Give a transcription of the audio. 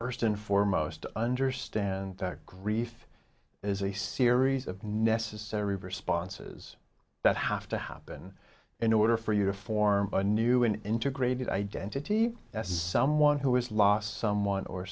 first and foremost understand that grief is a series of necessary responses that have to happen in order for you to form a new an integrated identity as someone who has lost someone or